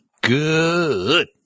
good